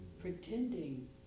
pretending